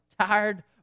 tired